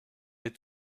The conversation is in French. est